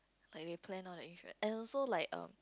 like they plan all the and also like um